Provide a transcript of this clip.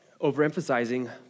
overemphasizing